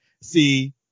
See